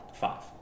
five